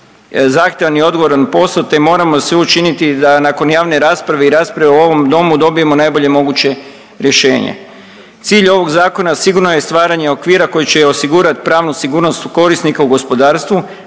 zahtjevan i odgovoran posao te moramo sve učiniti da nakon javne rasprave i rasprave u ovom domu dobijemo najbolje moguće rješenje. Cilj ovog zakona sigurno je stvaranje okvira koji će osigurati pravnu sigurnosti korisnika u gospodarstvu